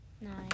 Nine